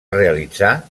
realitzar